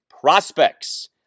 prospects